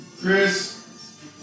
Chris